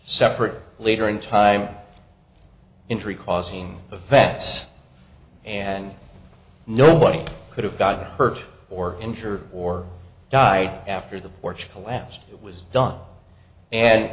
separate leader in time injury causing the vets and no one could have gotten hurt or injured or died after the porch collapse it was done and